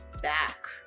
back